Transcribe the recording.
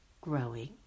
growing